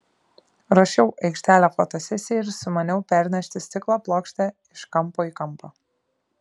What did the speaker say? ruošiau aikštelę fotosesijai ir sumaniau pernešti stiklo plokštę iš kampo į kampą